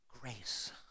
Grace